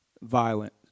violent